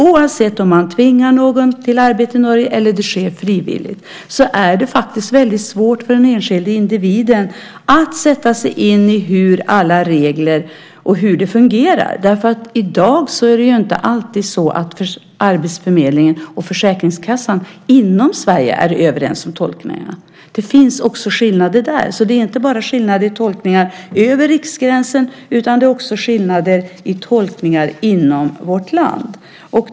Oavsett om någon tvingas till arbete i Norge eller det sker frivilligt är det svårt för den enskilde individen att sätta sig in i hur alla regler fungerar. I dag är ju inte ens arbetsförmedlingen och Försäkringskassan i Sverige alltid överens om tolkningarna. Det finns skillnader. Det finns alltså inte enbart skillnader i tolkning över riksgränsen utan också inom vårt land.